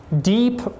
Deep